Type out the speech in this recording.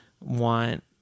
want